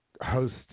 host